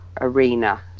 arena